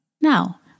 Now